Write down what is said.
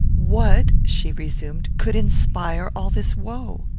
what, she resumed, could inspire all this woe?